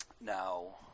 Now